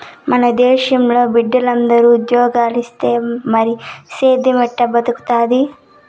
మన దేశంలో బిడ్డలందరూ ఉజ్జోగాలిస్తే మరి సేద్దెం ఎట్టా బతుకుతాది